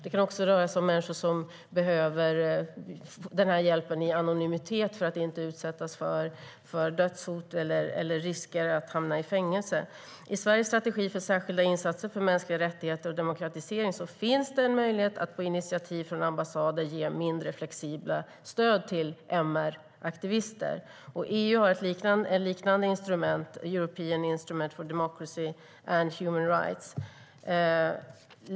Det kan också röra sig om människor som behöver denna hjälp i anonymitet för att inte utsättas för dödshot eller risker att hamna i fängelse. I Sveriges strategi för särskilda insatser för mänskliga rättigheter och demokratisering finns det en möjlighet att på initiativ från ambassader ge mindre och flexibla stöd till MR-aktivister. EU har ett liknande instrument, European Instrument for Democracy and Human Rights.